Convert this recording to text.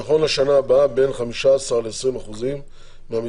נכון לשנה הבאה בין 15% ל-20% מהמתנדבות